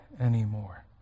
anymore